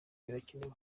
birakenewe